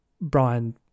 Brian